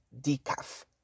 decaf